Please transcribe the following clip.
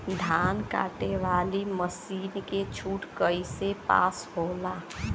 धान कांटेवाली मासिन के छूट कईसे पास होला?